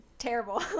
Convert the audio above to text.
terrible